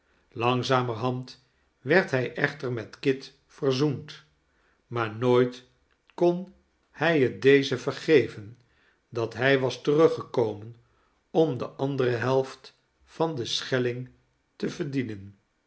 langzamerhand werd hij echter met kit verzoend maar nooit kon hij het dezen vergeven dat hij was teruggekomen om de andere helft van den schelling te verdienen